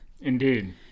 Indeed